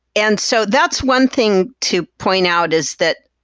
and so that's one thing to point out, is that,